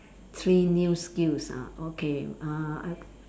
three new skills ah okay uh I